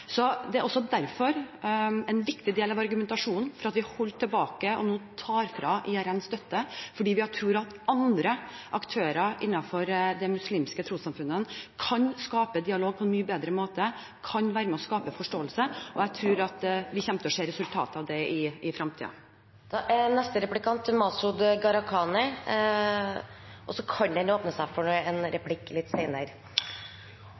En viktig del av argumentasjonen for at vi holdt tilbake og nå tar støtte fra IRN, er at vi tror at andre aktører innenfor de muslimske trossamfunnene kan skape dialog på en mye bedre måte og være med på å skape forståelse. Jeg tror at vi kommer til å se resultater av det i framtiden. Vi er nå tverrpolitisk enige om å kutte støtten til